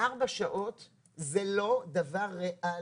וארבע שעות זה לא דבר ריאלי,